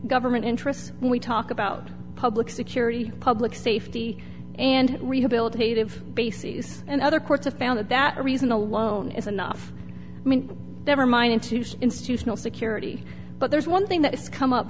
government interest when we talk about public security public safety and rehabilitative bases and other courts have found that that reason alone is enough never mind into institutional security but there's one thing that has come up